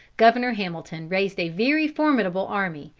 governor hamilton raised a very formidable army,